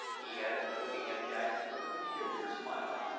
he added, looking at jack with a peculiar smile,